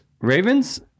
ravens